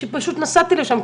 שפשוט נסעתי לשם,